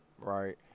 right